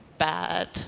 bad